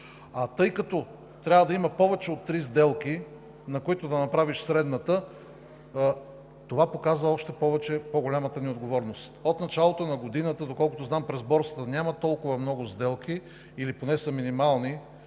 тъй като трябва да има повече от три сделки, на които да направиш средната, това показва още по-голямата ни отговорност. От началото на годината, доколкото знам, през борсата няма толкова много сделки или поне са минимални,